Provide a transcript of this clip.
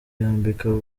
yambika